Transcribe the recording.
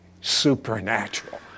supernatural